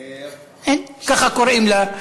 אין, ככה קוראים לה.